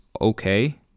okay